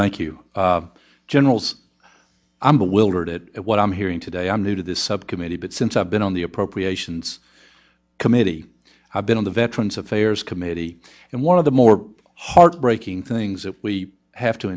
thank you generals i'm bewildered it what i'm hearing today i'm new to this subcommittee but since i've been on the appropriations committee i've been on the veterans affairs committee and one of the more heartbreaking things that we have to